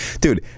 Dude